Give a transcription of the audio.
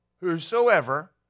Whosoever